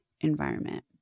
environment